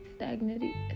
stagnity